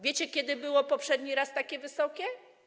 Wiecie, kiedy było poprzedni raz takie wysokie?